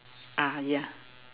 ah ya